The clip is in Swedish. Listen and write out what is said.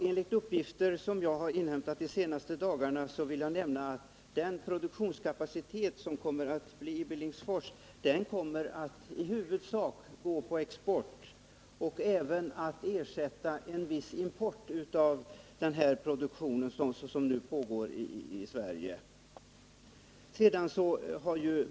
Enligt uppgifter som jag har inhämtat de senaste dagarna kommer en produktion i Billingsfors i huvudsak att säljas på export och även ersätta viss import av den här varan till Sverige.